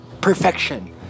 perfection